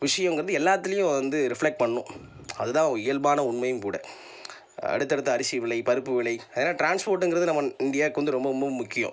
விஷயங்கிறது எல்லாத்துலேயும் வந்து ரிஃப்லெக்ட் பண்ணும் அதுதான் இயல்பான உண்மையும் கூட அடுத்தடுத்து அரிசி விலை பருப்பு விலை அதனால் ட்ரான்ஸ்போட்டுங்கிறது நம்ம இந்தியாவுக்கு வந்து ரொம்ப ரொம்ப முக்கியம்